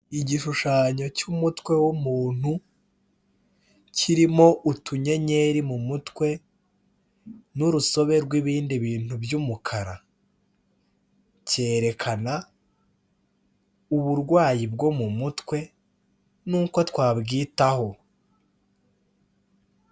Igishushanyo cy'umutwe w'umuntu, kirimo utunyenyeri mu mutwe n'urusobe rw'ibindi bintu by'umukara. Cyerekana uburwayi bwo mu mutwe n'uko twabwitaho.